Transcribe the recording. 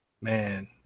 Man